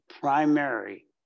primary